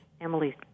Emily